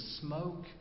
smoke